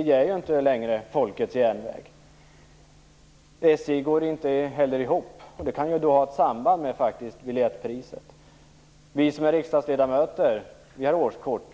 på. SJ är inte längre folkets järnväg. SJ går inte heller ihop. Det kan ju faktiskt ha ett samband med biljettpriset. Vi som är riksdagsledamöter har årskort.